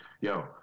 Yo